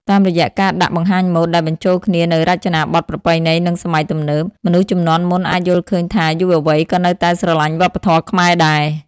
តាមរយៈការដាក់បង្ហាញម៉ូដដែលបញ្ចូលគ្នានូវរចនាបទប្រពៃណី និងសម័យទំនើប មនុស្សជំនាន់មុនអាចយល់ឃើញថាយុវវ័យក៏នៅតែស្រលាញ់វប្បធម៌ខ្មែរដែរ។